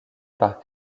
par